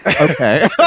okay